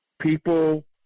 People